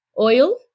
oil